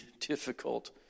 difficult